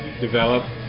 develop